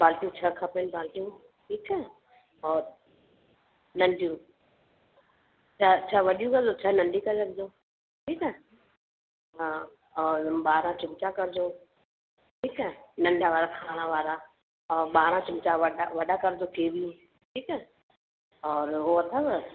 बाल्टियूं छह खपनि बाल्टियूं ठीकु आहे औरि नंढियूं छह छह वॾियूं कजो छह नंढियूं करे रखिजो ठीकु आहे हा और ॿारा चिमचा कजो ठीकु आहे नंढा वारा खाइण वारा ऐं ॿारहं चिमचा वॾा वॾा कजो केवियूं ठीकु आहे औरि उहो अथव